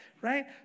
right